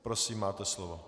Prosím, máte slovo.